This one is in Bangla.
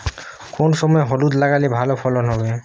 কোন সময় হলুদ লাগালে ভালো ফলন হবে?